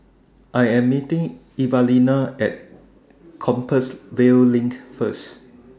I Am meeting Evalena At Compassvale LINK First